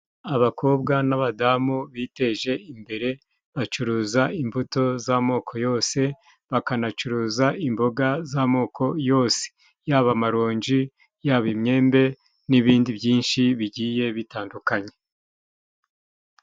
Abakobwa n'abadamu biteje imbere, bacuruza imbuto z'amoko yose, bakanacuruza imboga z'amoko yose yaba amaronji, yaba imyembe n'ibindi byinshi bigiye bitandukanye.